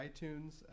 iTunes